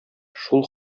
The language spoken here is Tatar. шул